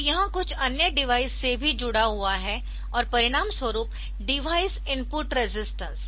तो यह कुछ अन्य डिवाइस से भी जुड़ा हुआ है और परिणामस्वरूप डिवाइस इनपुट रेजिस्टेंस